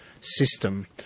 system